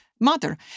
mother